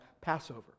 Passover